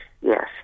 yes